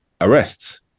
arrests